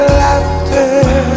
laughter